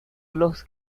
los